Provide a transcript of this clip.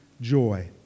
joy